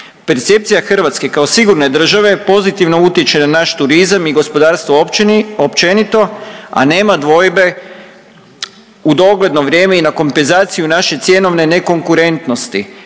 Percepcija Hrvatske kao sigurne države pozitivno utječe na naš turizam i gospodarstvo općenito, a nema dvojbe u dogledno vrijeme i na kompenzaciju naše cjenovne nekonkurentnosti